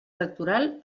electoral